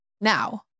now